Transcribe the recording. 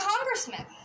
congressman